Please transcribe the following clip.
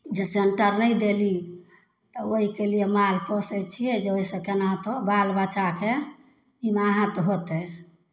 जे सेन्टर नहि देली तऽ ओहिके लिए माल पोसै छियै जे ओहिसे केनाहुतो बालबच्चाके निमाहत होतै